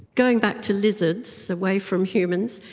going back to lizards, away from humans,